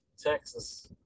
Texas